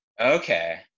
okay